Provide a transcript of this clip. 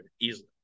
easily